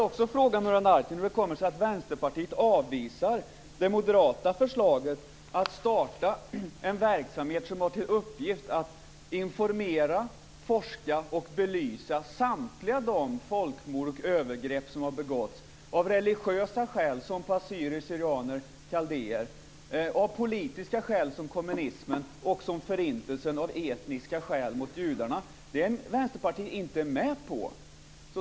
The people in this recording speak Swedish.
Hur kommer det sig att Vänsterpartiet avvisar det moderata förslaget att starta en verksamhet som har till uppgift att informera, forska om och belysa samtliga de folkmord och övergrepp som har begåtts av religiösa skäl, som på assyrier/syrianer och kaldéer, av politiska skäl, som kommunismen, och Förintelsen, av etniska skäl mot judarna? Det är Vänsterpartiet inte med på.